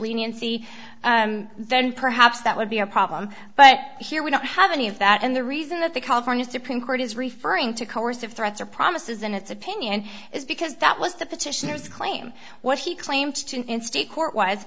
leniency then perhaps that would be a problem but here we don't have any of that and the reason that the california supreme court is referring to coercive threats or promises in its opinion is because that was the petitioners claim what he claimed in state court was